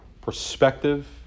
perspective